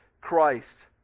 Christ